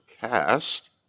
cast